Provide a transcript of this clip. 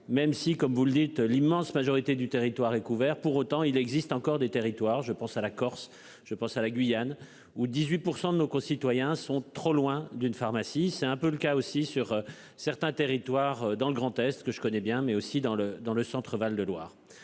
même si comme vous le dites, l'immense majorité du territoire est couvert pour autant il existe encore des territoires je pense à la Corse, je pense à la Guyane où 18% de nos concitoyens sont trop loin d'une pharmacie, c'est un peu le cas aussi sur certains territoires dans le Grand-Est, que je connais bien mais aussi dans le dans le Centre-Val de Loire.